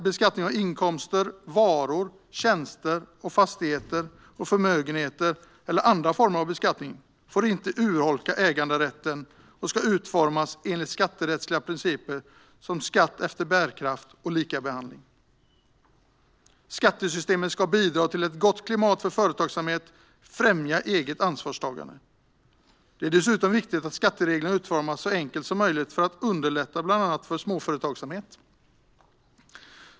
Beskattning av inkomster, varor, tjänster, fastigheter, förmögenhet eller andra former av beskattning får inte urholka äganderätten och ska utformas enligt skatterättsliga principer som skatt efter bärkraft och likabehandling. Skattesystemet ska bidra till ett gott klimat för företagsamhet och främja eget ansvarstagande. Det är dessutom viktigt att skattereglerna utformas så enkelt som möjligt för att underlätta för bland annat småföretagsamhet.